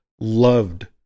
loved